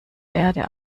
erde